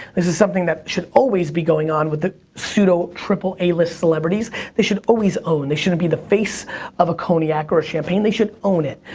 this is something that should always be going on with the pseudo, triple a-list celebrities. they should always own. they shouldn't be the face of a cognac or a champagne they should own it.